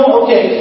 okay